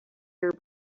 fear